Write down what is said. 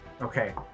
Okay